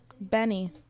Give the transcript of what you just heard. Benny